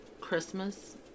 Christmas